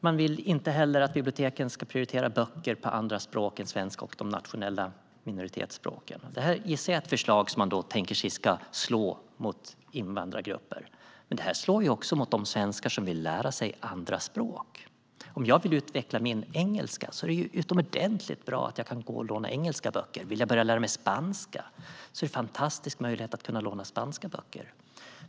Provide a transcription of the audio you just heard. De vill inte heller att biblioteken ska prioritera böcker på andra språk än svenska och de nationella minoritetsspråken. Jag gissar att detta är ett förslag som man tänker sig ska slå mot invandrargrupper. Men det slår ju också mot de svenskar som vill lära sig andra språk. Om jag vill utveckla min engelska är det utomordentligt bra att jag kan gå och låna engelska böcker. Om jag vill börja lära mig spanska är det fantastiskt med en möjlighet att låna spanska böcker.